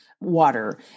water